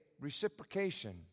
reciprocation